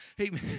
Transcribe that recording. Amen